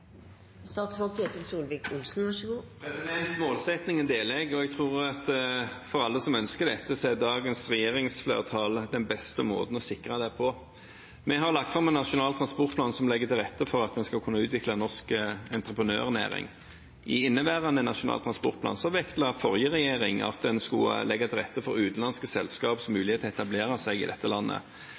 og jeg tror at for alle som ønsker dette, er dagens regjering og dagens flertall den beste måten å sikre det på. Vi har lagt fram en nasjonal transportplan som legger til rette for at en skal kunne utvikle en norsk entreprenørnæring. I inneværende Nasjonal transportplan vektla forrige regjering at en skulle legge til rette for utenlandske selskapers mulighet til å etablere seg i dette landet.